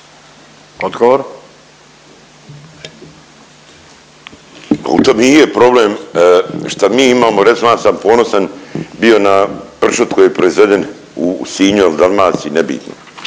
(MOST)** U tome i je problem što mi imamo, recimo ja sam ponosan bio na pršut koji je proizveden u Sinju il Dalmaciji nebitno